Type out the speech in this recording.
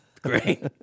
Great